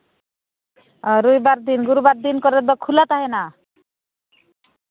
ᱨᱚᱵᱤᱵᱟᱨ ᱫᱤᱱ ᱜᱩᱨᱩᱵᱟᱨ ᱫᱤᱱ ᱠᱚᱨᱮ ᱫᱚ ᱠᱷᱩᱞᱟᱹᱣ ᱛᱟᱦᱮᱱᱟ